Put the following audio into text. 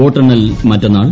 വോട്ടെണ്ണൽ മറ്റന്നാൾ